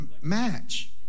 match